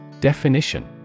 Definition